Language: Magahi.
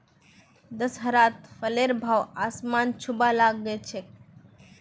दशहरात फलेर भाव आसमान छूबा ला ग छेक